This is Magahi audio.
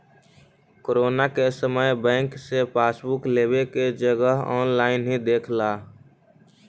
कोरोना के समय बैंक से पासबुक लेवे के जगह ऑनलाइन ही देख ला